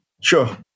Sure